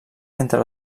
entre